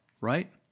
right